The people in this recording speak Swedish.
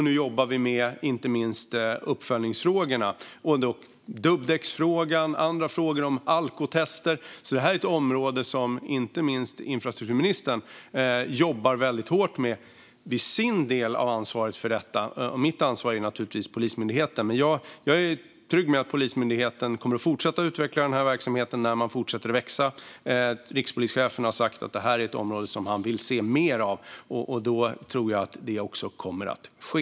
Nu jobbar vi inte minst med uppföljningsfrågorna, dubbdäcksfrågan, frågor om alkotester och andra frågor. På detta område jobbar inte minst infrastrukturministern väldigt hårt med sin del av ansvaret för detta. Mitt ansvar är naturligtvis Polismyndigheten, men jag är trygg med att Polismyndigheten kommer att fortsätta att utveckla verksamheten när man fortsätter att växa. Rikspolischefen har sagt att detta är ett område som han vill se mer av. Då tror jag att det också kommer att ske.